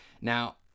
Now